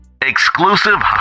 Exclusive